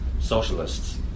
socialists